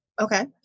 Okay